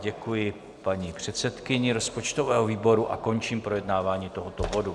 Děkuji paní předsedkyni rozpočtového výboru a končím projednávání tohoto bodu.